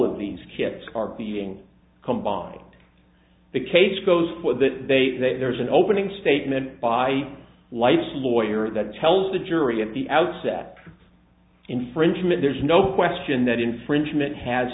of these kids are being combined the case goes for that they there's an opening statement by life's lawyer that tells the jury at the outset infringement there's no question that infringement has